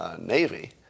navy